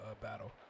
battle